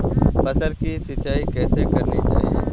फसल की सिंचाई कैसे करनी चाहिए?